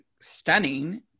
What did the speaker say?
stunning